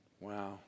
Wow